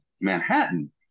Manhattan